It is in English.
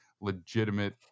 legitimate